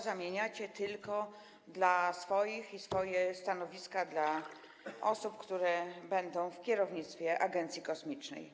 Zamieniacie tylko dla swoich, swoje stanowiska dla osób, które będą w kierownictwie agencji kosmicznej.